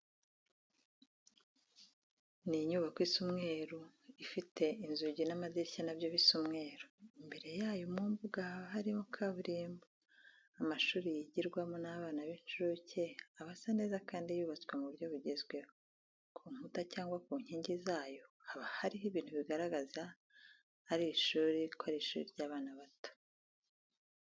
Ni inyubako isa umweru, ifit inzugi n'amadirishya na byo bisa umweru, imbere yayo mu mbuga harimo kaburimbo. Amashuri yigirwamo n'abana b'incuke aba asa neza kandi yubatswe mu buryo bugezweho. Ku nkuta cyangwa ku nkingi zayo haba hariho ibintu bigaragaraza ari ishuri ry'abana bato.